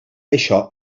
això